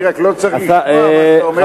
אני רק לא צריך לשמוע מה שאתה אומר בסוד.